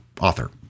author